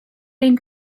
ein